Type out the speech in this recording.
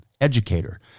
educator